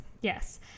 yes